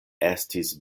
estis